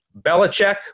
Belichick